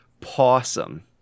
Possum